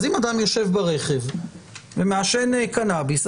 אז אם אדם יושב ברכב ומעשן קנאביס,